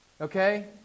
Okay